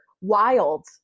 wild